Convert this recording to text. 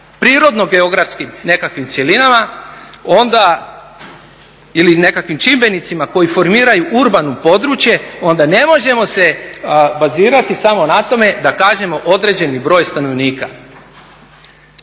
prirodno geografskim nekakvim cjelinama onda, ili nekakvim čimbenicima koji formiraju urbano područje, onda ne možemo se bazirati samo na tome da kažemo određeni broj stanovnika.